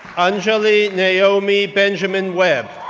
anjali naomi benjamin-webb